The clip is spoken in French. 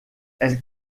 elle